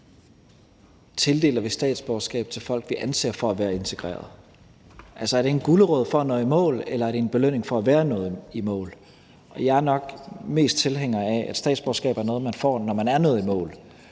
tildeler statsborgerskab til folk, vi anser for at være integreret. Altså, er det en gulerod for at nå i mål, eller er det en belønning for at være nået i mål? Jeg er nok mest tilhænger af, at statsborgerskab er noget, man får, når man er nået i mål,